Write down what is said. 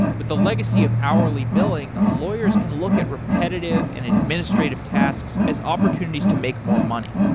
but the legacy of hourly billing, lawyers can look at repetitive and administrative tasks as opportunities to make more money.